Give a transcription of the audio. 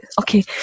okay